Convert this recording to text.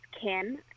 Kim